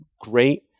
great